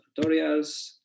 tutorials